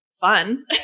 fun